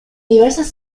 diversas